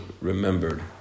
remembered